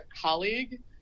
colleague